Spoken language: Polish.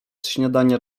śniadania